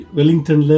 Wellington